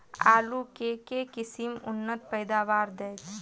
आलु केँ के किसिम उन्नत पैदावार देत?